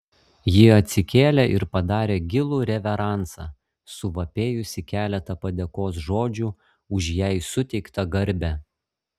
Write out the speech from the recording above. ji atsikėlė ir padarė gilų reveransą suvapėjusi keletą padėkos žodžių už jai suteiktą garbę